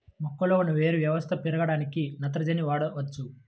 మొక్కలో ఉన్న వేరు వ్యవస్థ పెరగడానికి నత్రజని వాడవచ్చా?